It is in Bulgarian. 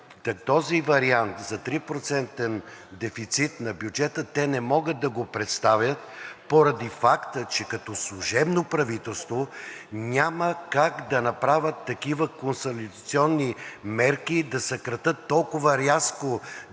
този вариант за 3-процентен дефицит на бюджета те не могат да го представят поради факта, че като служебно правителство няма как да направят такива консолидационни мерки и да съкратят толкова рязко бюджетите